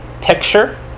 picture